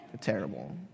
terrible